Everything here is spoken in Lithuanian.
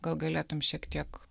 gal galėtum šiek tiek